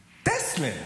טסלר,